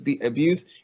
abuse